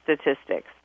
statistics